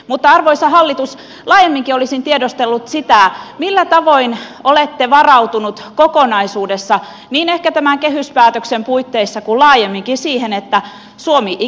mutta arvoisa hallitus laajemminkin olisin tiedustellut sitä millä tavoin olette varautuneet kokonaisuudessa ehkä niin kehyspäätöksen puitteissa kuin laajemminkin siihen että suomi ikääntyy